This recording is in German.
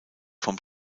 vom